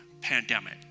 pandemic